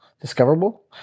Discoverable